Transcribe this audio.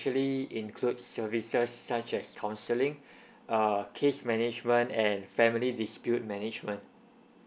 include services such as counselling uh case management and family dispute management